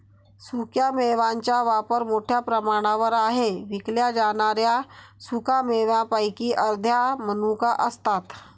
सुक्या मेव्यांचा वापर मोठ्या प्रमाणावर आहे विकल्या जाणाऱ्या सुका मेव्यांपैकी अर्ध्या मनुका असतात